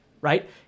right